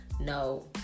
no